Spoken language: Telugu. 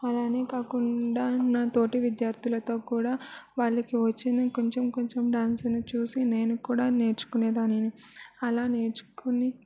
అలాగే కాకుండా నాతోటి విద్యార్థులతో కూడా వాళ్ళకి వచ్చిన కొంచెం కొంచెం డాన్సును చూసి నేను కూడా నేర్చుకునేదానిని అలా నేర్చుకోని